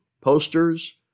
Posters